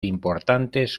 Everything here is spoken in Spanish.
importantes